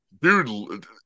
Dude